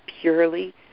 purely